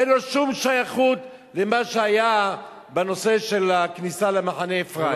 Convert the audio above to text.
אין לו שום שייכות למה שהיה בנושא של הכניסה למחנה אפרים.